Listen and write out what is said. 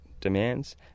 Demands